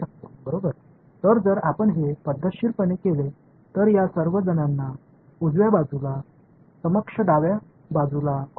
எனவே நீங்கள் இதை வலது புறத்தில் உள்ள இவர்களை எல்லாம் மன்னிக்கவும் இடது புறத்தில் முறையாகச் செய்தால் ஒரு நெடுவரிசை வெக்டர் ஆக மாற்றலாம்